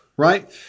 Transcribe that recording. right